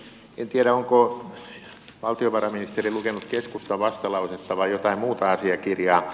en tiedä onko valtiovarainministeri lukenut keskustan vastalausetta vai jotain muuta asiakirjaa